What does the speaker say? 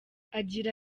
agira